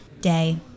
day